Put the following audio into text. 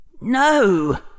No